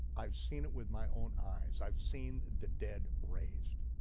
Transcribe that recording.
i've seen it with my own eyes. i've seen the dead raised.